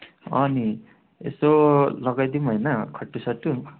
नि यसो लगाइदिउँ होइन खट्टु सट्टु